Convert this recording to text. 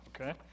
okay